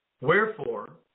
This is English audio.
Wherefore